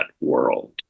world